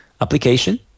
application